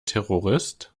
terrorist